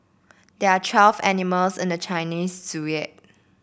there are twelve animals in the Chinese Zodiac